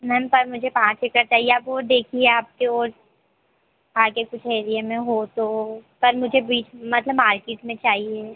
ma'am पर मुझे पाँच एकड़ चाहिए आप वह देखिए आपके और आगे कुछ एरिये में हो तो पर मुझे बीच मतलब मार्केट में चाहिए